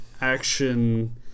action